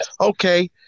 okay